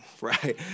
right